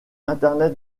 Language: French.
internet